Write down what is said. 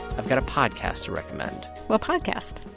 i've got a podcast to recommend what podcast,